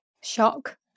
shock